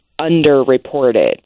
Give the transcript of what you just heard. underreported